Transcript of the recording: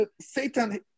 Satan